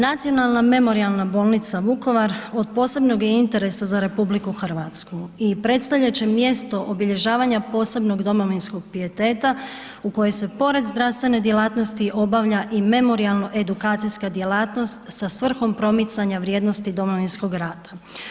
Nacionalna memorijalna bolnica Vukovar, od posebnog je interesa za RH i predstavljat će mjesto obilježavanja posebnog domovinskog pijeteta u kojoj se pored zdravstvene djelatnosti obavlja i memorijalno-edukacijska djelatnost sa svrhom promicanja vrijednosti Domovinskog rata.